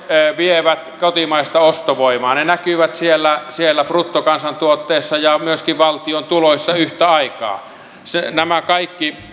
vievät kotimaista ostovoimaa ne näkyvät siellä siellä bruttokansantuotteessa ja myöskin valtion tuloissa yhtä aikaa nämä kaikki